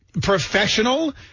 professional